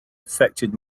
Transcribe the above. affected